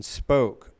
spoke